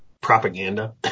propaganda